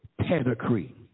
pedigree